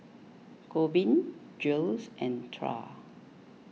Corbin Jiles and Trae